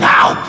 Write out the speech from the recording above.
Now